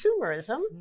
consumerism